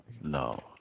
No